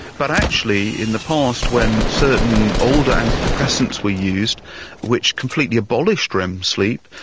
but actually in the past when certain older antidepressants were used which completely abolished rem sleep,